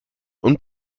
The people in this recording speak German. und